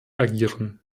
agieren